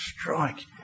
strike